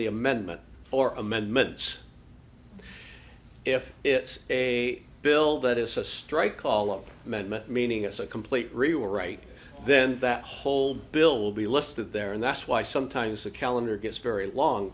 the amendment or amendments if it's a bill that is a strike call on amendment meaning as a complete rewrite then that whole bill will be listed there and that's why sometimes the calendar gets very long